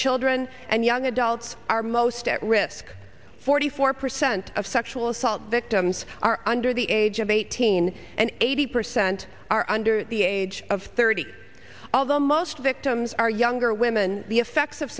children and young adults are most at risk forty four percent of sexual assault victims are under the age of eighteen and eighty percent are under the age of thirty although most victims are younger women the effects of